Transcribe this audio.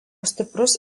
stiprus